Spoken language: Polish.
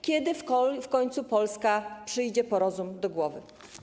Kiedy w końcu Polska pójdzie po rozum do głowy?